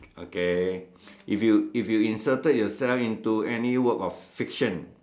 okay if you if you inserted yourself into any work of fiction